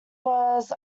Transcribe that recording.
was